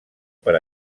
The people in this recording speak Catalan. per